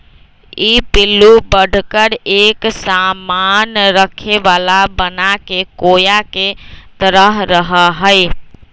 ई पिल्लू बढ़कर एक सामान रखे वाला बनाके कोया के तरह रहा हई